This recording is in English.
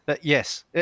Yes